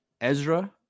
Ezra